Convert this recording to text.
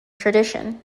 tradition